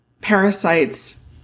parasites